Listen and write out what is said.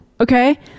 okay